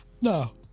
No